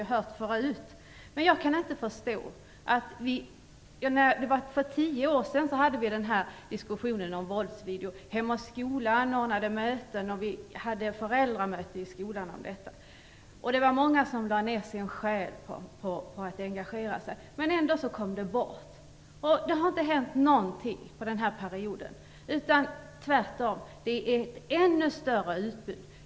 Det finns här något som jag inte kan förstå. Vi hade för tio år sedan en diskussion om videovåld. Hem och Skola anordnade möten och det hölls föräldramöten i skolan mot videovåldet. Många lade ned sin själ i detta arbete, men ändå kom frågan bort. Det har inte hänt någonting under den gångna perioden. Tvärtom är det nu ett ännu större utbud.